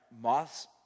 moths